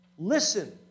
Listen